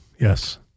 Yes